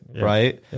Right